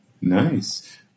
Nice